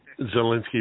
Zelensky